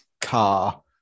car